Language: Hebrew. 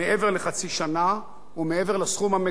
ומעבר לסכום המקוצץ שנמצא,